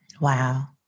Wow